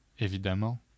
évidemment